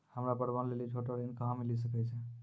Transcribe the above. हमरा पर्वो लेली छोटो ऋण कहां मिली सकै छै?